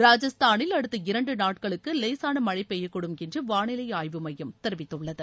ராஜஸ்தானில் அடுத்த இரண்டு நாட்களுக்கு லேசான மனழ பெய்யக்கூடும் என்று வானிலை ஆய்வு மையம் தெரிவித்துள்ளது